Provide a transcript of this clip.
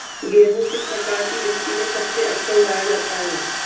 गेहूँ किस प्रकार की मिट्टी में सबसे अच्छा उगाया जाता है?